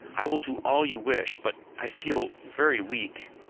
i will do all you wish, but i feel very weak,